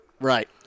Right